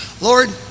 Lord